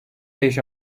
beş